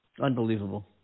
Unbelievable